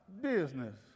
business